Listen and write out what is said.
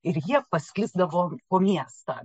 ir jie pasklisdavo po miestą